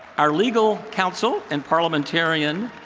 our legal counsel and parliamentarian.